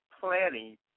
planning